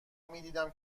میدیدم